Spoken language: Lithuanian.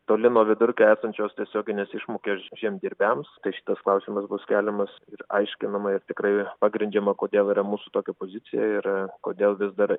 toli nuo vidurkio esančios tiesioginės išmokos žemdirbiams tai šitas klausimas bus keliamas ir aiškinama ir tikrai pagrindžiama kodėl yra mūsų tokia pozicija ir kodėl vis dar